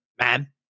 man